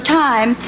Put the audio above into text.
time